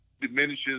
diminishes